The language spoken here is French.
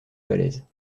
falaise